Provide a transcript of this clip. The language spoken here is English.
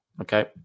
Okay